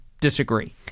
disagree